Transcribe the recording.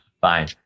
Fine